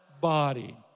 body